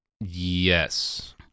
Yes